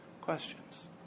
questions